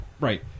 Right